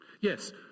Yes